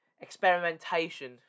experimentation